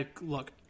look